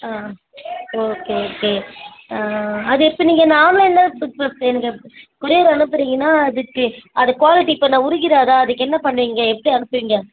ஆ okay okay அது இப்போ நீங்கள் இந்த ஆன்லைனில் இப்போ நீங்கள் கொரியர் அனுப்புறிங்கன்னால் அதுக்கு அது குவாலிட்டி இப்போ அந்த உருகிடாதா அதுக்கு என்ன பண்ணுவீங்கள் எப்படி அனுப்புவீங்க